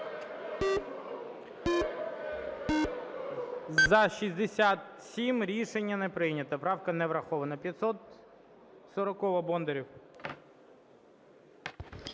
За-67 Рішення не прийнято. Правка не врахована. 540-а, Бондарєв.